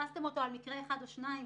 תפסתם אותו על מקרה אחד או שניים,